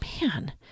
man